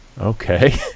Okay